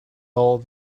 all